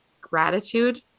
gratitude